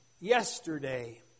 yesterday